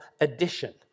addition